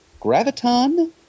Graviton